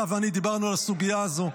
אתה ואני דיברנו על הסוגיה הזו.